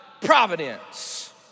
providence